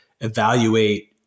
evaluate